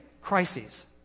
crises